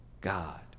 God